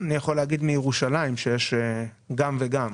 אני יכול להגיד שבירושלים יש גם וגם.